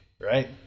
right